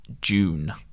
June